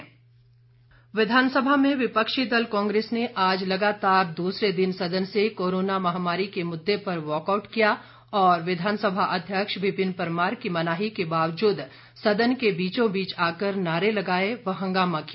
walkout विधानसभा में विपक्षी दल कांग्रेस ने आज लगातार दूसरे दिन सदन से कोरोना महामारी के मुद्दे पर वॉकआउट किया और विधानसभा अध्यक्ष विपिन परमार की मनाही के बावजूद सदन के बीचों बीच आकर नारे लगाए व हंगामा किया